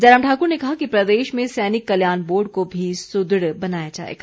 जयराम ठाकुर ने कहा कि प्रदेश में सैनिक कल्याण बोर्ड को भी सुदृढ़ बनाया जाएगा